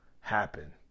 happen